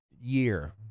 year